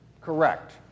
correct